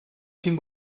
sin